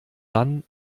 dann